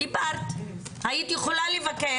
דיברת, היית יכולה לבקש.